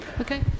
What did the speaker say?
Okay